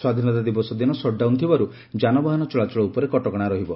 ସ୍ୱାଧୀନତା ଦିବସ ଦିନ ସଟ୍ଡାଉନ୍ ଥିବାରୁ ଯାନବାହନ ଚଳାଚଳ ଉପରେ କଟକଣା ରହିବ